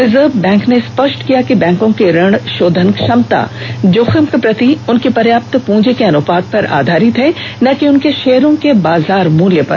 reserve bank ने स्पष्ट किया कि बैंकों की ऋण शोधन क्षमता जोखिम के प्रति उनकी पर्याप्त पूंजी के अनुपात पर आधारित है न कि उनके शेयरों के बाजार मल्य पर